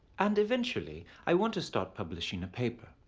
and eventually i want to start publishing a paper,